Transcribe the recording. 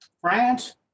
France